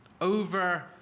over